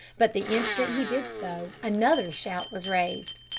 but the instant he did so another shout was raised.